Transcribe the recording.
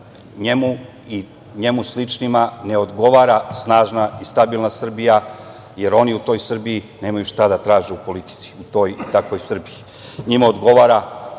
njemu i njemu sličnima ne odgovara snažna i stabilna Srbija, jer oni u toj Srbiji nemaju šta da traže u politici, u toj i takvoj Srbiji. Njima odgovara